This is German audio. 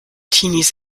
teenies